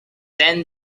then